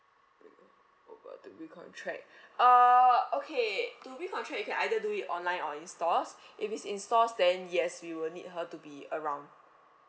bring her to re-contract uh okay to re-contract you can either do it online or in stores if it's in stores then yes we will need her to be around